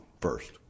first